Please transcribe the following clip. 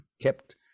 kept